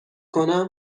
کنم